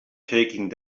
taking